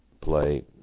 play